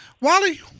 Wally